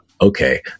okay